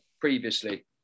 previously